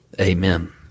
Amen